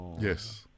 Yes